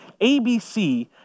ABC